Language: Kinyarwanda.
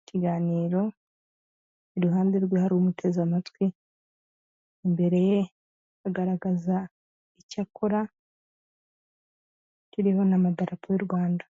ikiganiro iruhande rwe hari umuteze amatwi, imbere ye hagaragaza icyo akora kiriho n'idarapo ry'u Rwanda.